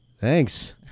thanks